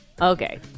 Okay